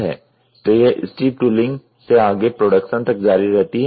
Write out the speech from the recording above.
तो यह steep tooling से आगे प्रोडक्शन तक जारी रहती है